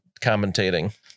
commentating